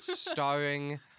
starring